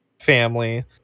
family